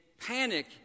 panic